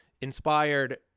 inspired